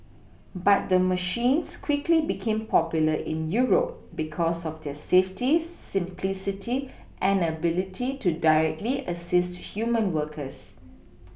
but the machines quickly became popular in Europe because of their safety simplicity and ability to directly assist human workers